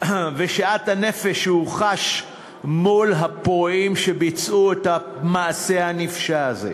ואת שאט הנפש שהוא חש מול הפורעים שביצעו את המעשה הנפשע הזה.